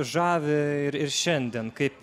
žavi ir ir šiandien kaip